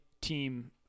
team